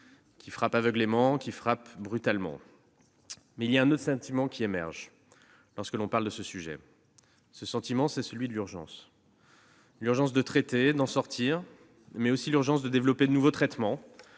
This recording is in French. qui frappe aveuglément et brutalement. L'autre sentiment qui émerge lorsque l'on parle de ce sujet est celui de l'urgence : l'urgence de traiter, d'en sortir ; mais aussi l'urgence de développer de nouveaux traitements